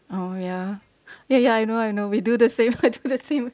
oh ya ya ya I know I know we do the same we do the same